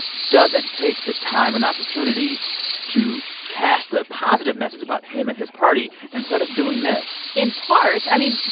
doesn't take the time and opportunity to cast a positive message about him and his party instead of doing this in part i mean,